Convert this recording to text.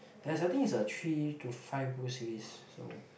there's I think it's a three to five book series so